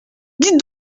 dis